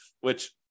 Which-